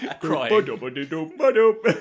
crying